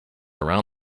around